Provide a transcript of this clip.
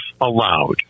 allowed